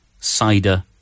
cider